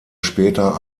später